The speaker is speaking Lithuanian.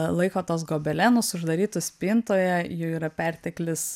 laiko tuos gobelenus uždarytus spintoje jų yra perteklis